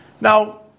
Now